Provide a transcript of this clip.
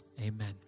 amen